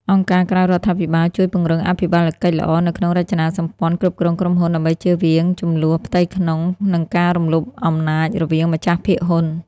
អង្គការក្រៅរដ្ឋាភិបាលជួយពង្រឹងអភិបាលកិច្ចល្អនៅក្នុងរចនាសម្ព័ន្ធគ្រប់គ្រងក្រុមហ៊ុន ដើម្បីជៀសវាងជម្លោះផ្ទៃក្នុង និងការរំលោភអំណាចរវាងម្ចាស់ភាគហ៊ុន។